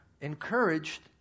encouraged